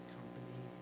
Company